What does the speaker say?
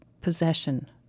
possession